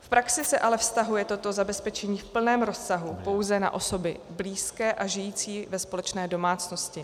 V praxi se ale vztahuje toto zabezpečení v plném rozsahu pouze na osoby blízké a žijící ve společné domácnosti.